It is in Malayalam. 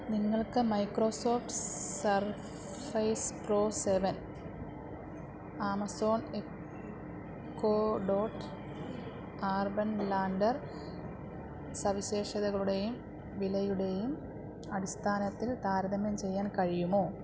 നിങ്ങൾക്ക് Microsoft Surface Pro seven Amazon Echo Dot urban lantern സവിശേഷതകളുടെയും വിലയുടെയും അടിസ്ഥാനത്തിൽ താരതമ്യം ചെയ്യാൻ കഴിയുമോ